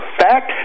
fact